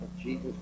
Jesus